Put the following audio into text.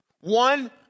one